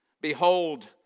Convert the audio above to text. Behold